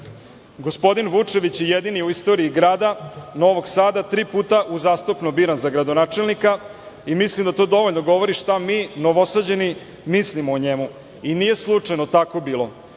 njega. Gospodin Vučević je jedini u istoriji grada Novog Sada tri puta uzastopno biran za gradonačelnika i mislim da to dovoljno govori šta mi Novosađani mislimo o njemu i nije slučajno tako bilo.